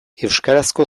euskarazko